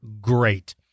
great